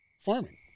farming